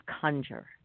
Conjure